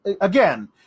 Again